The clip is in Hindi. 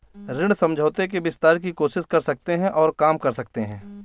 ऋण समझौते के विस्तार की कोशिश कर सकते हैं और काम कर सकते हैं